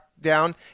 down